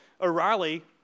O'Reilly